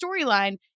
storyline